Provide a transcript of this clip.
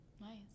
nice